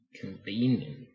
Convenient